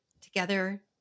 together